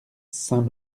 saint